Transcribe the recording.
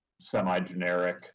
semi-generic